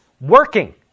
working